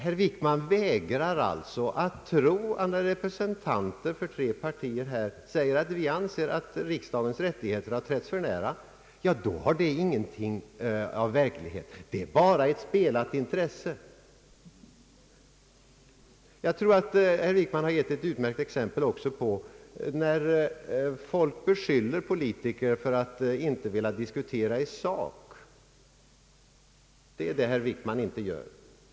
Herr Wickman vägrar alltså att tro oss när representanter för tre partier säger att vi anser att riksdagens rättigheter har trätts för nära. Det skulle inte vara vad vi verkligen menar utan endast ett spelat intresse. Herr Wickman har gett ett utmärkt exempel på vad folk beskyller politiker för, nämligen att inte vilja diskutera i sak. Det är vad herr Wickman inte gör.